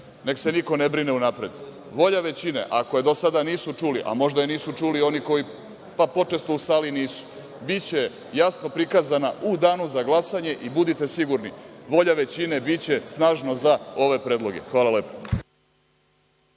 nek se niko ne brine unapred. Volja većine, ako je nisu čuli, možda je nisu čuli oni koji pa počesto u sali nisu, biće jasno prikazana u Danu za glasanje i budite sigurni, volja većine biće snažno za ove predloge. Hvala lepo.